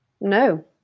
no